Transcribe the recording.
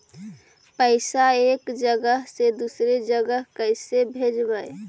पैसा एक जगह से दुसरे जगह कैसे भेजवय?